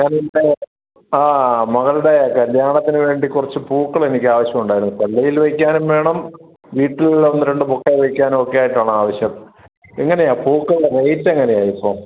ഞാൻ ഇന്നലെ ആ മകളുടെ കല്ല്യാണത്തിന് വേണ്ടി കുറച്ച് പൂക്കൾ എനിക്ക് ആവശ്യം ഉണ്ടായിരുന്നു പള്ളിയിൽ വെയ്ക്കാനും വേണം വീട്ടിൽ ഒന്നുരണ്ടു ബൊക്ക വെയ്ക്കാനും ഒക്കെ ആണ് ആവശ്യം എങ്ങനെയാ പൂക്കളുടെ റേറ്റ് എങ്ങനെയാ ഇപ്പം